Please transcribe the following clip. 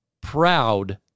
proud